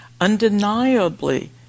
Undeniably